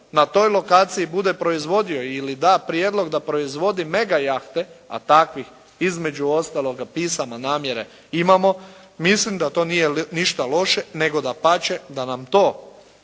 na toj lokaciji bude proizvodio ili da prijedlog da proizvodi mega jahte, a takvih između ostaloga pisana namjere imamo, mislim da to nije ništa loše, nego dapače, da nam to